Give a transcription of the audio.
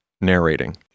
narrating